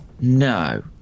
no